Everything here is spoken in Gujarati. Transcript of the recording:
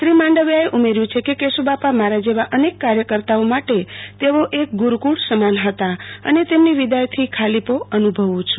શ્રી માંડવિયા એ ઉમેર્યું છે કે કેશુબાપા મારા જેવા અનેક કાર્યકર્તા માટે તેઓ એક ગુરૂકુળ સમાન હતા અને તેમની વિદાય થી ખાલીપો અનુભવું છું